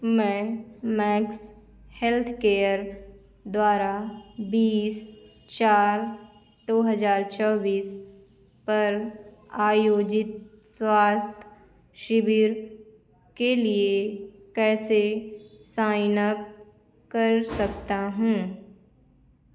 मैं Max Healthcare द्वारा बीस चार दो हज़ार चौबीस पर आयोजित स्वास्थ्य शिविर के लिए कैसे साइनअप कर सकता हूँ